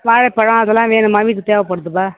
வாழைப்பழம் அதெல்லாம் வேணுமா வீட்டுக்கு தேவைப்படுதுப்பா